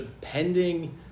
pending